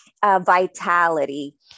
vitality